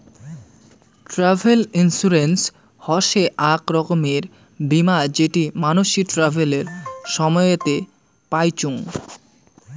travel insurance হসে আক রকমের বীমা যেটি মানসি ট্রাভেলের সময়তে পাইচুঙ